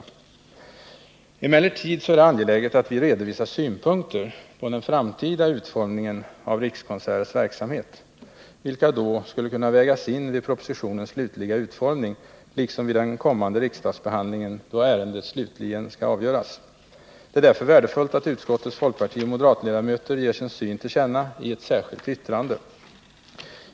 Det är emellertid angeläget att vi redovisar synpunkter på den framtida utformningen av Rikskonserters verksamhet, vilka då skulle kunna vägas in vid propositionens slutliga utformning liksom vid den kommande riksdagsbehandlingen då ärendet slutligen skall avgöras. Det är därför värdefullt att utskottets folkpartioch moderatledamöter ger sin syn till känna i ett särskilt yttrande.